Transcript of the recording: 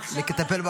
עכשיו אנחנו אחראים